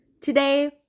today